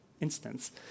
instance